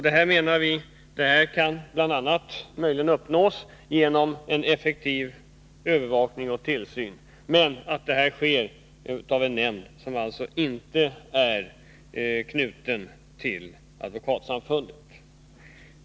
Detta mål kan uppnås genom en effektiv övervakning och tillsyn, utförd av en nämnd som inte är knuten till Advokatsamfundet.